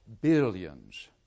billions